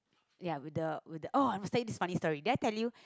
ya with the with the oh I must tell you this funny sorry did I tell you